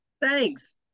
thanks